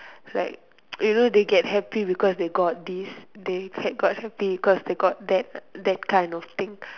like you know they get happy because they got this they got happy because they got that that kind of thing